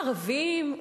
ערבים,